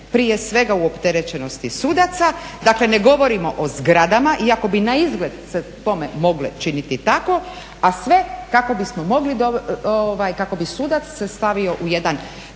prije svega u opterećenosti sudaca. Dakle ne govorimo o zgradama iako bi na izgled se tome moglo činiti tako a sve kako bi sudac se stavio u jedan